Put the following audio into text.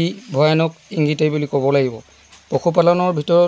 ই ভয়ানক ইংগিতেই বুলি ক'ব লাগিব পশুপালনৰ ভিতৰত